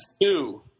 Two